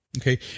Okay